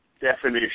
definition